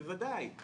בוודאי.